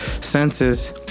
senses